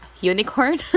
Unicorn